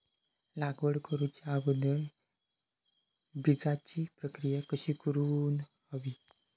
लागवड करूच्या अगोदर बिजाची प्रकिया कशी करून हवी?